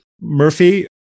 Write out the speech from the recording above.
Murphy